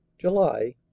JULY